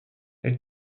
elle